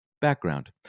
background